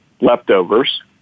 leftovers